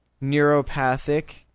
neuropathic